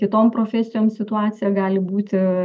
kitom profesijom situacija gali būti